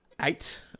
eight